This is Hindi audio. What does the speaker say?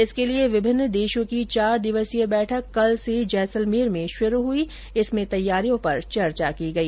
इसके लिए विभिन्न देशों की चार दिवसीय बैठक कल से जैसलमेर में शुरू हुई जिसमें तैयारियों पर चर्चा की गई